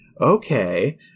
okay